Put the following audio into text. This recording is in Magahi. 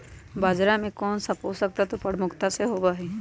बाजरा में कौन सा पोषक तत्व प्रमुखता से होबा हई?